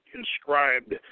inscribed